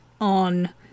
on